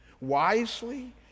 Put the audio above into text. wisely